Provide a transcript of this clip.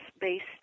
based